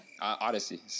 Odyssey